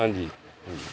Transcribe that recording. ਹਾਂਜੀ